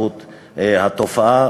התרחבות התופעה.